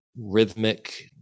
rhythmic